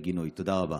תודה רבה.